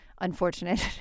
Unfortunate